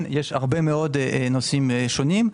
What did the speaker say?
יש נושאים שונים.